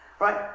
Right